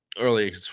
early